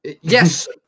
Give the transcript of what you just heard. Yes